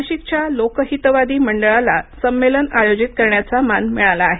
नाशिकच्या लोकहितवादी मंडळाला संमेलन आयोजित करण्याचा मान मिळाला आहे